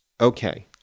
Okay